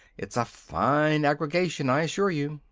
it's a fine aggregation, i assure you.